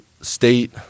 State